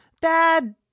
dad